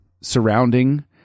surrounding